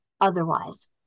otherwise